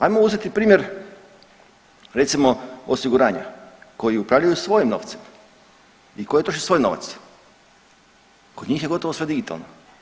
Ajmo uzeti primjer recimo osiguranja koji upravljaju svojim novcem i koji troše svoj novac, kod njih je gotovo sve digitalno.